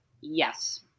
yes